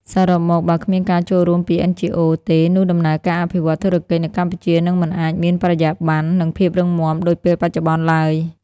សរុបមក "បើគ្មានការចូលរួមពី NGOs ទេ នោះដំណើរការអភិវឌ្ឍធុរកិច្ចនៅកម្ពុជានឹងមិនអាចមានបរិយាបន្ន និងភាពរឹងមាំដូចពេលបច្ចុប្បន្នឡើយ"។